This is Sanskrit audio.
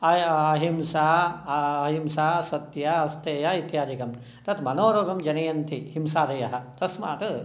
अहिंसा अहिंसा सत्यम् अस्तेयम् इत्यादिकं तत् मनोरोगं जनयन्ति हिंसादयः तस्मात्